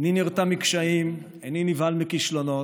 איני נרתע מקשיים, איני נבהל מכישלונות,